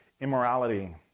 immorality